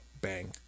bang